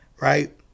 right